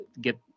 get